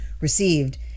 received